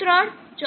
3 14